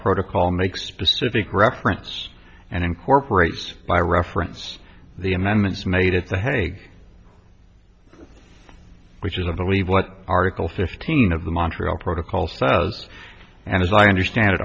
protocol makes specific reference and incorporates by reference the amendments made at the hague which is a believe what article fifteen of the montreal protocol says and as i understand it